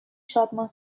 شادمان